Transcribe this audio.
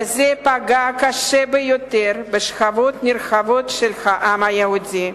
והדבר פגע קשה ביותר בשכבות נרחבות של העם היהודי,